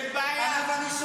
עליהם,